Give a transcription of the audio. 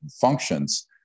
functions